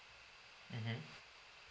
mmhmm